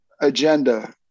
agenda